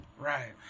Right